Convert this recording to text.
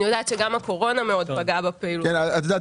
אני יודעת שגם הקורונה מאוד פגעה בפעילות שלהם.